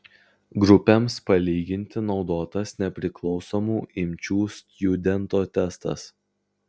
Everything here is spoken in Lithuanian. grupėms palyginti naudotas nepriklausomų imčių stjudento testas